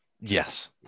Yes